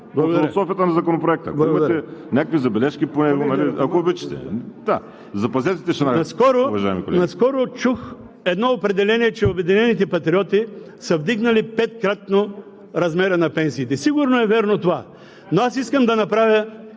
Наскоро чух едно определение, че „Обединени патриоти“ са вдигнали петкратно размера на пенсиите. Сигурно е вярно това. Но аз искам да направя